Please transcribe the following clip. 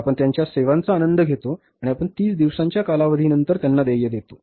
आपण त्यांच्या सेवांचा आनंद घेतो आणि आपण 30 दिवसांच्या कालावधीनंतर त्यांना देय देतो